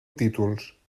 títols